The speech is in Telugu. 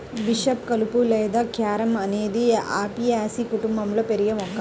బిషప్ కలుపు లేదా క్యారమ్ అనేది అపియాసి కుటుంబంలో పెరిగే మొక్క